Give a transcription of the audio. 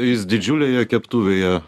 jis didžiulėje keptuvėje